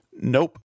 nope